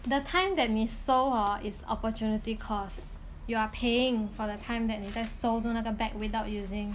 the time that 你收 hor is opportunity cost you are paying for the time that 你在收着那个 bag without using